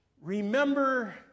Remember